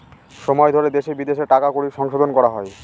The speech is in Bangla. সময় ধরে দেশে বিদেশে টাকা কড়ির সংশোধন করা হয়